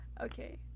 Okay